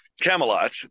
Camelot